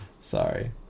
Sorry